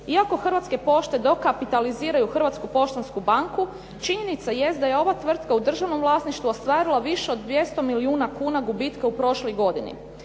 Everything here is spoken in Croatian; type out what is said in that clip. iako Hrvatske pošte dokapitaliziraju Hrvatsku poštansku banku činjenica jest da je ova tvrtka u državnom vlasništvu ostvarila više od 200 milijuna kuna gubitka u prošloj godini.